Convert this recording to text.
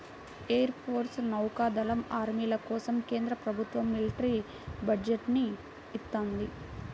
air force, నౌకా దళం, ఆర్మీల కోసం కేంద్ర ప్రభుత్వం మిలిటరీ బడ్జెట్ ని ఇత్తంది